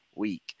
week